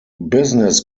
business